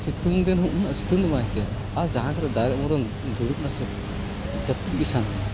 ᱥᱤᱛᱩᱝ ᱫᱤᱱ ᱦᱚᱸ ᱩᱱᱟᱹᱜ ᱥᱤᱛᱩᱝ ᱫᱚ ᱵᱟᱝ ᱟᱹᱭᱠᱟᱹᱜᱼᱟ ᱟᱨ ᱡᱟᱦᱟᱸ ᱠᱟᱛᱮᱫ ᱫᱟᱨᱮ ᱩᱢᱩᱞ ᱨᱮᱢ ᱫᱩᱲᱩᱵ ᱱᱟᱥᱮ ᱡᱟᱹᱯᱤᱫ ᱜᱮ ᱥᱟᱱᱟ ᱢᱮᱭᱟ